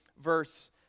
verse